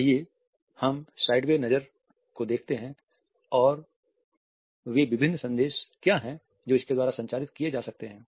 आइए हम साइडवे नज़र को देखते हैं और वे विभिन्न संदेश क्या हैं जो इसके द्वारा संचारित किये जा सकते हैं